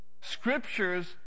Scriptures